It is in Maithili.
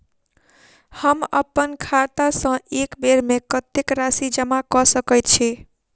हम अप्पन खाता सँ एक बेर मे कत्तेक राशि जमा कऽ सकैत छी?